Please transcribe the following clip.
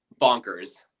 bonkers